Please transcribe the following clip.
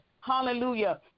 hallelujah